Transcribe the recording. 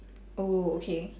oh okay